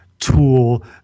tool